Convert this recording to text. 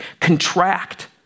contract